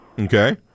okay